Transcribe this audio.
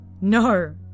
No